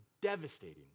devastating